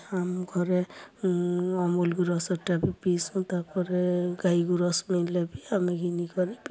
ଆମ୍ ଘରେ ଅମୂଲ୍ ଗୁରସ୍ ଟା ପିଇସୁଁ ତାପରେ ଗାଈ ଗୁରସ୍ ମିଲ୍ଲେ ବି ଆମେ ଘିନିକରି